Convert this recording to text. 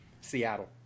Seattle